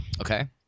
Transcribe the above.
Okay